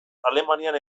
alemanian